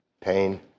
pain